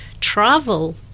travel